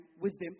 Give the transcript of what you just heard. wisdom